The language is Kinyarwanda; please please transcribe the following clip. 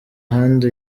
handi